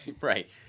right